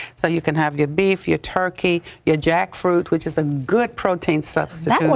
so you can have your beef, your turkey, your jackfruit, which is a good protein substitute.